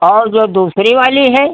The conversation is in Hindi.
और जो दूसरी वाली है